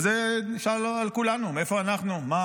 ואת זה אפשר לומר על כולנו, מאיפה אנחנו, מה